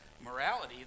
Morality